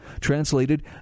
Translated